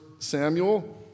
Samuel